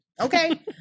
okay